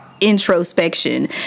introspection